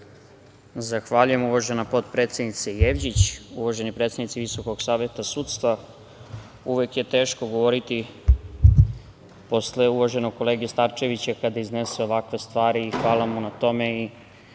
Zahvaljujem, uvažena potpredsednice Jevđić. Uvaženi predstavnici Visokog saveta sudstva, uvek je teško govoriti posle uvaženog kolege Starčevića kada iznese ovakve stvari i hvala mu na tome